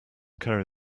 carry